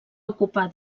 ocupar